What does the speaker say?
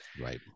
Right